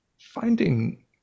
finding